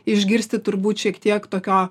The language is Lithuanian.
išgirsti turbūt šiek tiek tokio